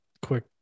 quick